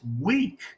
week